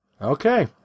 Okay